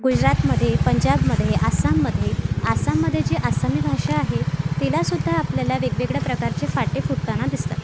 गुजरातमधे पंजाबमधे आसाममधे आसाममधे जी आसामी भाषा आहे तिला सुद्धा आपल्याला वेगवेगळ्या प्रकारचे फाटे फुटताना दिसतात